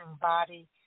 body